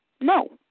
no